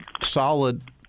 solid